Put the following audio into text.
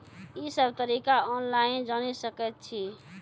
ई सब तरीका ऑनलाइन जानि सकैत छी?